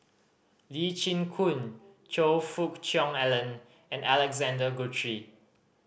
Lee Chin Koon Choe Fook Cheong Alan and Alexander Guthrie